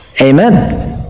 Amen